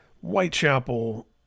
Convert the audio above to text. Whitechapel